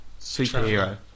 Superhero